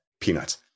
peanuts